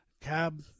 cab